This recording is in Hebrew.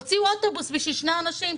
הוציאו אוטובוס בשביל שני אנשים,